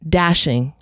dashing